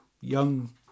young